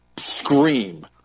scream